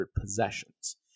possessions